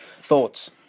thoughts